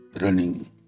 running